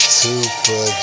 super